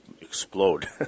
explode